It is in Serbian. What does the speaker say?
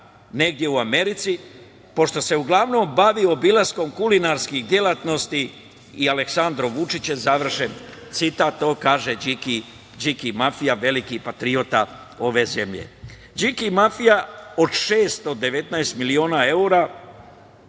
negde u Americi pošto se uglavnom bavio obilaskom kulinarskih delatnosti i Aleksandrom Vučićem, završen citat. To kaže Điki mafija, veliki patriota ove zemlje. Điki mafija od 619 miliona evra